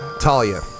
Talia